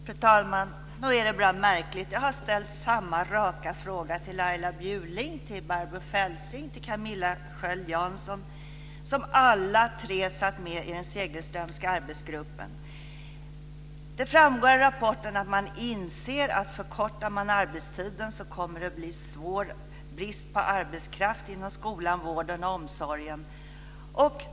Fru talman! Nog är det bra märkligt. Jag har ställt samma raka fråga till Laila Bjurling, till Barbro Feltzing och till Camilla Sköld Jansson, som alla tre satt med i den Segelströmska arbetsgruppen. Det framgår av rapporten att man inser att det kommer att bli svår brist på arbetskraft inom skolan, vården och omsorgen om man förkortar arbetstiden.